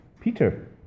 Peter